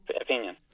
opinion